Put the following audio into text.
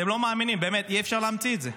אתם לא מאמינים, באמת, אי-אפשר להמציא את זה.